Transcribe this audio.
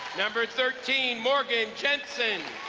number thirteen, morgan jensen.